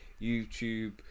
YouTube